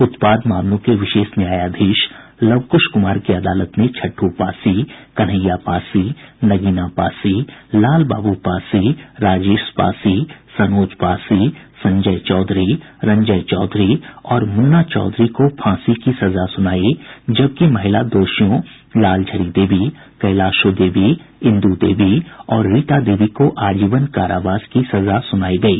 उत्पाद मामलों के विशेष न्यायाधीश लवकुश कुमार की अदालत ने छठ् पासी कन्हैया पासी नगीना पासी लालबाबू पासी राजेश पासी सनोज पासी संजय चौधरी रंजय चौधरी और मुन्ना चौधरी को फांसी की सजा सुनाई जबकि महिला दोषियों लालझरी देवी कैलाशो देवी इन्दू देवी और रीता देवी को आजीवन कारावास की सजा सुनाई गयी